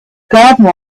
gardener